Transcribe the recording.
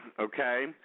Okay